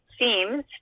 seems